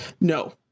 no